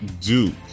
Duke